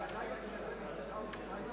בסיבוב הראשון.